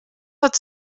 hat